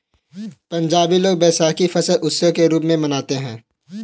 पंजाबी लोग वैशाखी फसल उत्सव के रूप में मनाते हैं